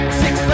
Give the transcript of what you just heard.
six